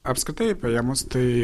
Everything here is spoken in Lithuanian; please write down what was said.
apskritai paėmus tai